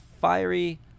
fiery